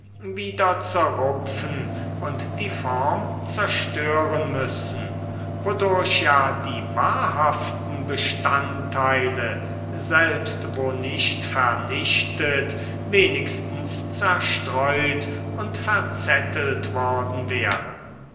wieder zerrupfen und die form zerstören müssen wodurch ja die wahrhaften bestandteile selbst wo nicht vernichtet wenigstens zerstreut und verzettelt worden wären